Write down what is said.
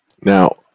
Now